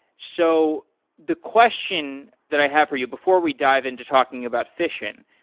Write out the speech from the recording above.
so the question that i have for you before we dive into talking about fission,